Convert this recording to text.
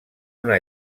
una